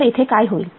तर इथे काय होईल